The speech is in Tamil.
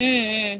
ம்ம்